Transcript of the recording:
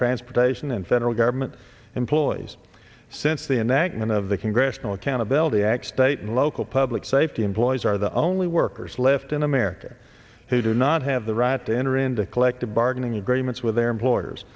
transportation and federal government employees since the enactment of the congressional accountability act state and local public safety employees are the only workers left in america who not have the right to enter into collective bargaining agreements with their employers